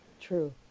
True